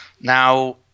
Now